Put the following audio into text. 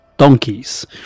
Donkeys